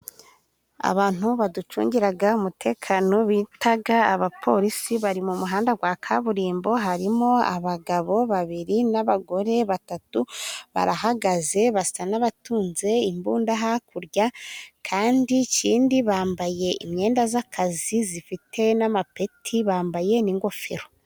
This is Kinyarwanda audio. Abantu baducungira umutekano bita abapolisi, bari mu muhanda wa kaburimbo, harimo abagabo babiri n'abagore batatu, barahagaze, basa n'abatunze imbunda hakurya, kandi ikindi bambaye imyenda y'akazi ifite n'amapeti, bambaye n'ingofero.